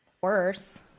worse